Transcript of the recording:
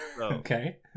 Okay